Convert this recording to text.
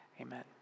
Amen